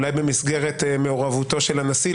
אולי במסגרת מעורבותו של הנשיא,